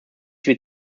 wird